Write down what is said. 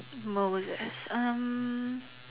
Moses um